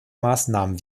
maßnahmen